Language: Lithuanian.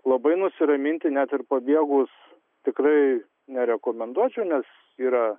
labai nusiraminti net ir pabėgus tikrai nerekomenduočiau nes yra